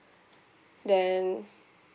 then